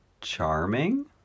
Charming